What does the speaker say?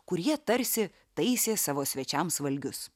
kur jie tarsi taisė savo svečiams valgius